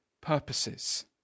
purposes